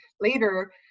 later